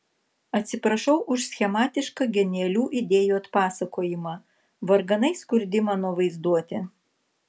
atsiprašau už schematišką genialių idėjų atpasakojimą varganai skurdi mano vaizduotė